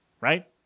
right